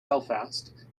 belfast